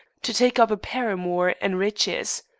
to take up a paramour and riches!